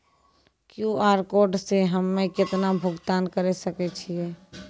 QR code से हम्मय केतना भुगतान करे सके छियै?